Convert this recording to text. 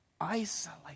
isolate